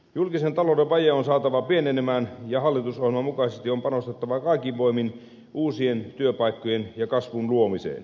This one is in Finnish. julkisen talouden vaje on saatava pienenemään ja hallitusohjelman mukaisesti on panostettava kaikin voimin uusien työpaikkojen ja kasvun luomiseen